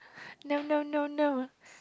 no no no no